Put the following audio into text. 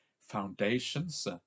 foundations